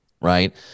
right